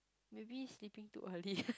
maybe sleeping too early